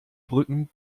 brücken